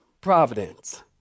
Providence